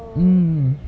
mm